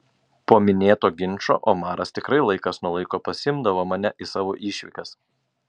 po minėto ginčo omaras tikrai laikas nuo laiko pasiimdavo mane į savo išvykas